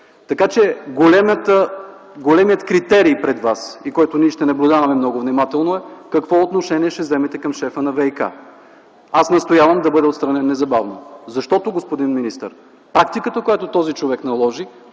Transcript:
Така че големият критерий пред Вас и който ние ще наблюдаваме много внимателно, е, какво отношение ще вземете към шефа на ВиК? Аз настоявам да бъде отстранен незабавно! Защото, господин министър, практиката, която този човек наложи,